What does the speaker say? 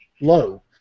low